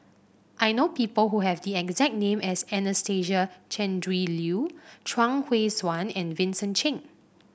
I know people who have the exact name as Anastasia Tjendri Liew Chuang Hui Tsuan and Vincent Cheng